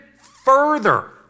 further